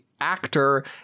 actor